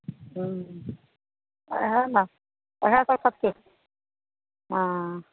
हूँ इहए ने इहए सब कतेक हँ